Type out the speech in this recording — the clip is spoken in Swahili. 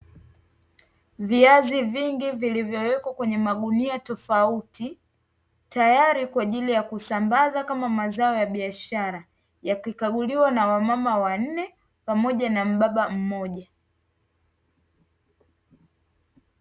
Viazi vingi vilivyowekwa kwenye magunia tofauti, tayari kwa ajili ya kusambazwa kama mazao ya biashara, yakikaguliwa na wamama wanne pamoja na mbaba mmoja.